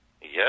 Yes